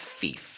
Thief